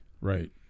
Right